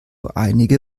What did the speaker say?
einige